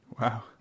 Wow